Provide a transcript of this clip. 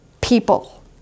people